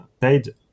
paid